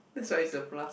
that's why is a plus